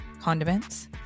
condiments